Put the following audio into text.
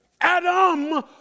Adam